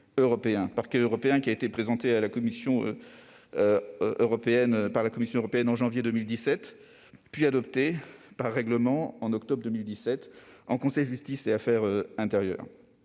le projet a été présenté par la Commission européenne en janvier 2017, puis adopté par règlement, en octobre 2017, en Conseil « Justice et affaires intérieures